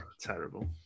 Terrible